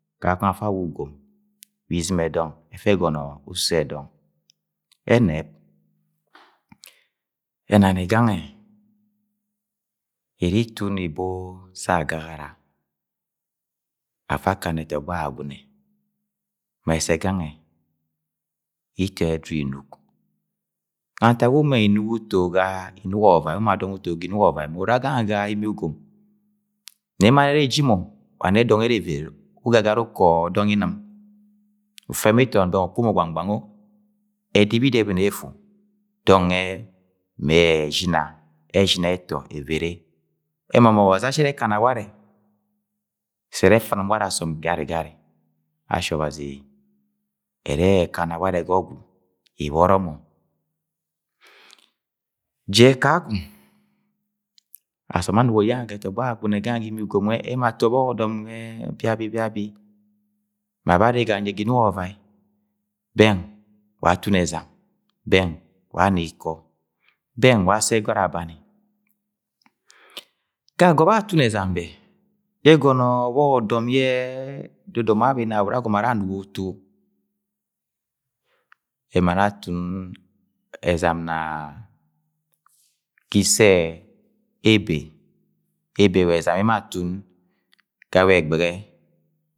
Kakong afa awa ugom, wa Izɨm ẹdọng ẹfẹ ẹgọnọ uso ẹdọng ẹnẹp ẹnani gange iri itọ unu ibo se agagara afa akana ẹtọgbọ Agwagune ma esẹ gangẹ ito ẹdudu Inuk, ga ntak wu uma Inuk uto ga inuk wu ma dọng uto ga Inuk ọvavai mu urre gange ga Imi ugom nẹ mann arre eji mo wa ne dong arre evere ugagari uko dọng Inɨm ufẹ mọ itọn bẹng ukpo mo ngbangbang. o ẹdip bida ẹbọm efu dọng nwẹ mẹ ẹshina, eshina ẹtọ evere ẹma ma ọbazi ashi ẹrẹ ẹkana warẹ sẹ ẹrẹ ẹfɨn warẹ asọm garigari, ashi ọbazi ẹrẹ ẹkana warẹ ga ọgwu ibọrọ mọ. Jẹ kakọng asọm bẹ anugo jangẹ ga ẹtọgbọ Agwavune gangẹ ga Imi ugom nwẹ ẹmo ato ọbọk ọdam nye biabi-biabi ma bẹ arre ganjẹ ga Inuk ọvavai bẹng wa atun ezam, bẹng wa ana Ikọ, bẹng wa assẹ ẹgọt abani, ga agọbẹ atun ẹzam bẹ yẹ ẹgọnọ ọbọk ọdọm yẹ dodoma abẹ Ina bọrọ agọmọ ara anugo utu emo ara atun ezam na ga Ise ebe, ebe wa ezam yẹ emo atun ga wẹ ẹgbẹghe.